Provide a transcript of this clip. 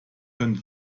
könne